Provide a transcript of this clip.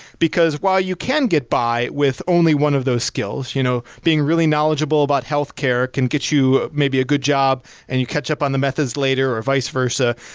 because while you can get by with only one of those skills, you know being really knowledgeable about healthcare can get you may be a good job and catch up on the methods later or vice versa,